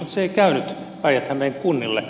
se ei käynyt päijät hämeen kunnille